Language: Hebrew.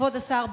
כבוד השר,